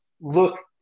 look